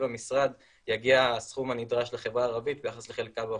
המשרד יגיע הסכום הנדרש לחברה הערבית ביחס לחלקה באוכלוסייה.